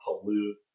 pollute